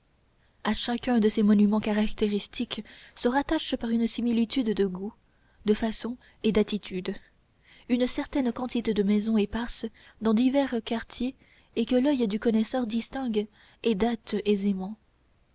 à chacun de ces monuments caractéristiques se rattache par une similitude de goût de façon et d'attitude une certaine quantité de maisons éparses dans divers quartiers et que l'oeil du connaisseur distingue et date aisément